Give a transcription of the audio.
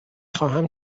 خواهم